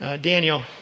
Daniel